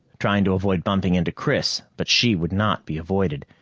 trying to avoid bumping into chris. but she would not be avoided.